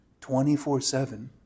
24-7